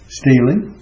stealing